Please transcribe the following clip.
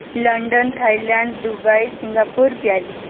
London Thailand Dubai Singapore Paris